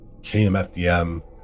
KMFDM